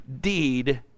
deed